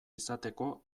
izateko